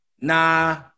Nah